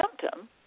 symptom